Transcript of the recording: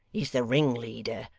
is the ringleader.